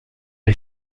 est